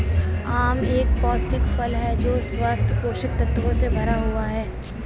आम एक पौष्टिक फल है जो स्वस्थ पोषक तत्वों से भरा हुआ है